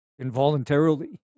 involuntarily